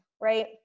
right